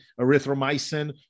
erythromycin